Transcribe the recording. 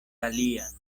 alian